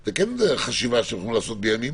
זה משהו שהם כן יכולים לעשות בימים